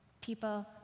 people